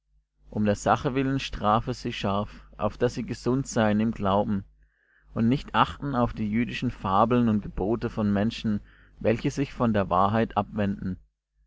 um der sache willen strafe sie scharf auf daß sie gesund seien im glauben und nicht achten auf die jüdischen fabeln und gebote von menschen welche sich von der wahrheit abwenden